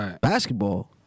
Basketball